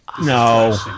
No